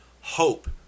hope